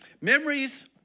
Memories